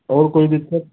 और कोई दिक्कत